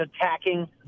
attacking